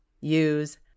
use